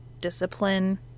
discipline